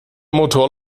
motor